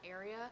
area